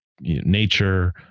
nature